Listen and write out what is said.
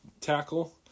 Tackle